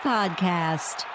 Podcast